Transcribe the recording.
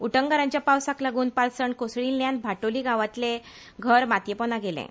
उटंगरांच्या पावसाक लागून पालसण कोसळिल्ल्यान भाटोली गांवातले घर मातये पोंदा गेलें